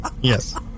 Yes